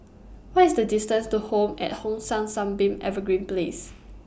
What IS The distance to Home At Hong San Sunbeam Evergreen Place